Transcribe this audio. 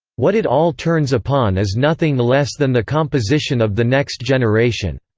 what it all turns upon is nothing less than the composition of the next generation.